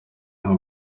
nka